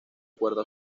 acuerdo